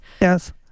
Yes